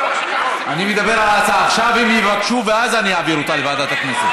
49, אין נמנעים, אין מתנגדים.